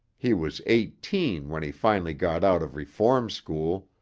he was eighteen when he finally got out of reform school,